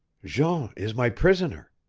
jean is my prisoner.